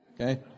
okay